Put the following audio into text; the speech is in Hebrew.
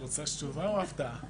את רוצה תשובה או הפתעה?